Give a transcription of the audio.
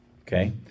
Okay